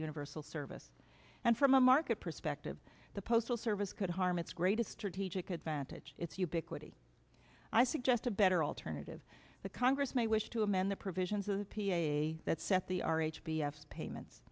universal service and from a market perspective the postal service could harm its greatest strategic advantage its ubiquity i suggest a better alternative the congress may wish to amend the provisions of the p a that set the r h b f payments